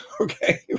okay